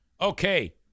Okay